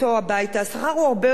השכר הוא הרבה יותר נמוך.